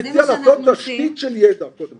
זה מה שאנחנו עושים --- אני מציע לעשות תשתית של ידע קודם כל.